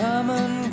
Common